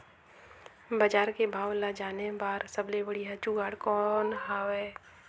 बजार के भाव ला जाने बार सबले बढ़िया जुगाड़ कौन हवय?